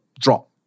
drop